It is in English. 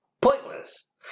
pointless